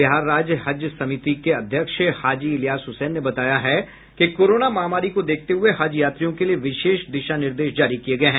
बिहार राज्य हज समिति के अध्यक्ष हाजी इलियास हुसैन ने बताया है कि कोरोना महामारी को देखते हुए हज यात्रियों के लिये विशेष दिशा निर्देश जारी किये गये हैं